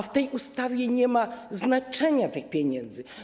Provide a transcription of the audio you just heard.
W tej ustawie nie ma znaczenia pieniędzy.